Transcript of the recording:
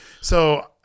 So-